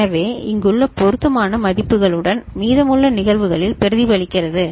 எனவே இது இங்குள்ள பொருத்தமான மதிப்புகளுடன் மீதமுள்ள நிகழ்வுகளில் பிரதிபலிக்கிறது